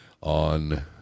on